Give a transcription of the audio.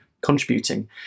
contributing